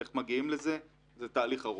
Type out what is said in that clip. איך מגיעים לזה, זה תהליך ארוך.